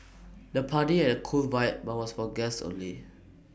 the party had cool vibe but was for guests only